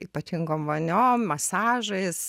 ypatingom voniom masažais